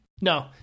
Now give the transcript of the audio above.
No